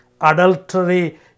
Adultery